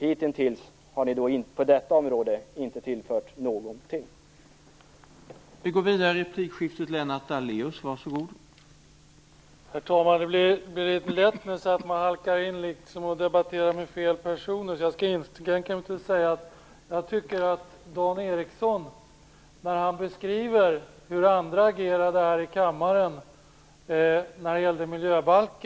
Hitintills har ni i Miljöpartiet inte tillfört någonting på detta område.